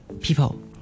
People